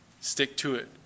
stick-to-it